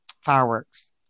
fireworks